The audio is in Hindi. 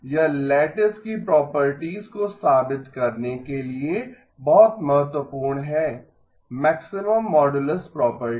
यह लैटिस की प्रॉपर्टीज को साबित करने के लिए बहुत महत्वपूर्ण है मैक्सिमम मोडुलस प्रॉपर्टी